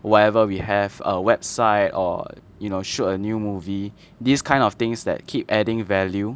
whatever we have err website and or shoot a new movie these kind of things that keep adding value